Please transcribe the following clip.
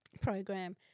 program